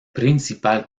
principal